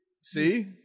See